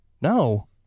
No